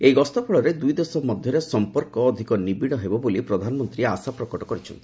ଏହି ଗସ୍ତ ଫଳରେ ଦୁଇ ଦେଶ ମଧ୍ୟରେ ସମ୍ପର୍କ ଅଧିକ ନିବିଡ ହେବ ବୋଲି ପ୍ରଧାନମନ୍ତ୍ରୀ ଆଶା ପ୍ରକଟ କରିଛନ୍ତି